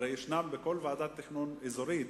הרי יש בכל ועדת תכנון אזורית,